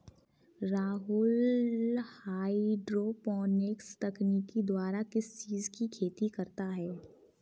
Rahul hydroponics तकनीक द्वारा किस चीज की खेती करता है?